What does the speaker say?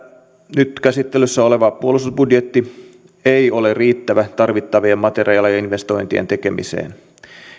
nyt käsittelyssä oleva puolustusbudjetti ei ole riittävä tarvittavien materiaali investointien tekemiseen